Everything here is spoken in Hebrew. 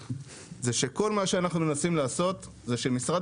הוא שכל מה שאנחנו מנסים לעשות הוא שמשרד